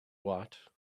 what